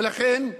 ולכן,